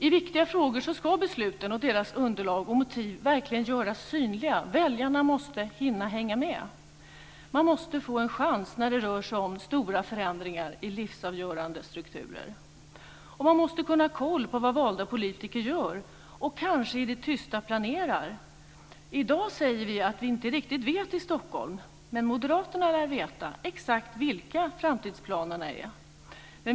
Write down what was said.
I viktiga frågor ska beslut, underlag och motiv verkligen göras synliga. Väljarna måste hinna hänga med. Man måste få en chans när det rör sig om stora förändringar i livsavgörande strukturer. Man måste hålla koll på vad valda politiker gör och kanske i det tysta planerar. I dag säger vi att vi inte riktigt vet i Stockholm - men moderaterna lär veta - exakt vilka framtidsplanerna är.